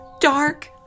Dark